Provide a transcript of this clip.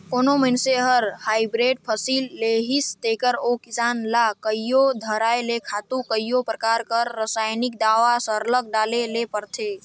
कोनो मइनसे हर हाईब्रिड फसिल लेहिस तेकर ओ किसान ल कइयो धाएर ले खातू कइयो परकार कर रसइनिक दावा सरलग डाले ले परथे